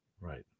right